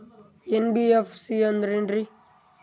NBFC ಅಂದ್ರ ಏನ್ರೀ?